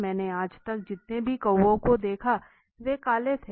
मैंने आज तक जितने भी कौओं को देखा है वे काले थे